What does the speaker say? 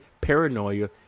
paranoia